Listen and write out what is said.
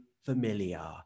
familiar